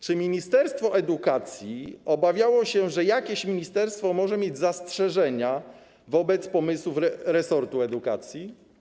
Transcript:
Czy ministerstwo edukacji obawiało się, że jakieś ministerstwo może mieć zastrzeżenia wobec pomysłów resortu edukacji?